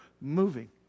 moving